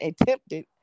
attempted